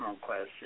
question